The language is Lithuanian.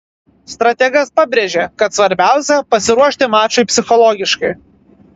strategas pabrėžė kad svarbiausia pasiruošti mačui psichologiškai